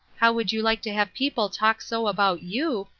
how would you like to have people talk so about you,